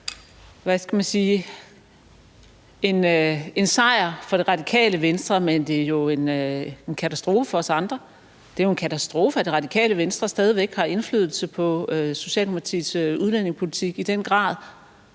hvad skal man sige, en sejr for Det Radikale Venstre, men det er jo en katastrofe for os andre. Det er jo en katastrofe, at Det Radikale Venstre stadig væk har indflydelse på Socialdemokratiets udlændingepolitik i den grad,